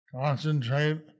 concentrate